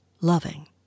loving